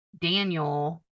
Daniel